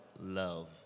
Love